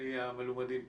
מפי המלומדים פה.